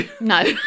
No